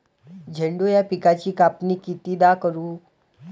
झेंडू या पिकाची कापनी कितीदा करू?